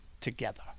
together